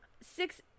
Six